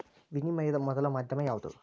ವಿನಿಮಯದ ಮೊದಲ ಮಾಧ್ಯಮ ಯಾವ್ದು